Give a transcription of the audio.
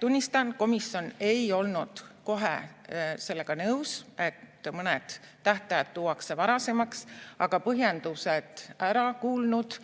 Tunnistan, komisjon ei olnud kohe sellega nõus, et mõned tähtajad tuuakse varasemaks, aga põhjendused ära kuulanud,